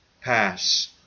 pass